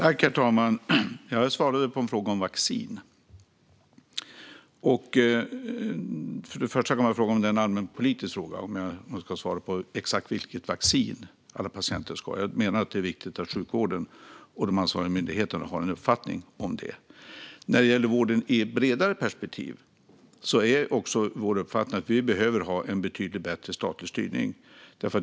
Herr talman! Jag svarade på en fråga om vaccin. Först och främst kan man undra om det är en allmänpolitisk fråga och om jag ska svara på exakt vilket vaccin alla patienter ska ha. Jag menar att det är viktigt att sjukvården och de ansvariga myndigheterna har en uppfattning om det. När det gäller vården i ett bredare perspektiv är det också vår uppfattning att vi behöver ha en betydligt bättre statlig styrning.